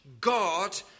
God